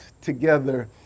together